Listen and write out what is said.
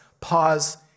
Pause